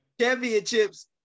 championships